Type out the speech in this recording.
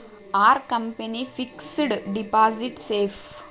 Are company fixed deposit safe?